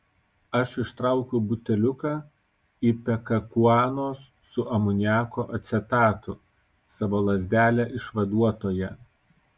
aš ištraukiau buteliuką ipekakuanos su amoniako acetatu savo lazdelę išvaduotoją